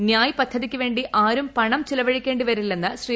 ന്യായ്പദ്ധതിയ്ക്ക് വേണ്ടി ആരും ചിലവഴിക്കേണ്ടി വരില്ലെന്ന് ശ്രീ